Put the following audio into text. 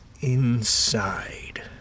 Inside